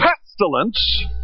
pestilence